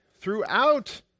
throughout